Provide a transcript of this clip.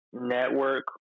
network